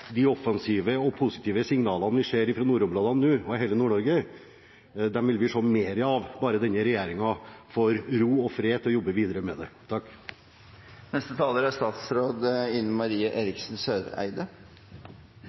de offensive og positive signalene vi nå får fra nordområdene og fra hele Nord-Norge, de vil vi se mer av, bare denne regjeringen får ro og fred til å jobbe videre med det.